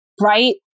right